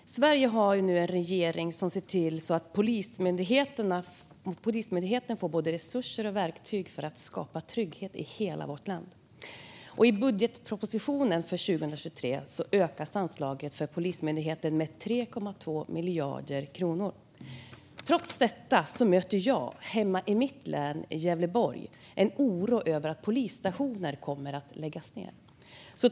Fru talman! Sverige har nu en regering som ser till att Polismyndigheten får både resurser och verktyg för att skapa trygghet i hela vårt land. I budgetpropositionen för 2023 ökas anslaget för Polismyndigheten med 3,2 miljarder kronor. Trots detta möter jag i mitt hemlän Gävleborg en oro över att polisstationer kommer att läggas ned.